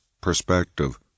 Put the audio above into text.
perspective